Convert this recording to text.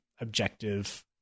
objective